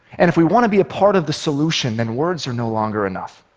and if we want to be a part of the solution, then words are no longer enough.